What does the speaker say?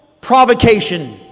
provocation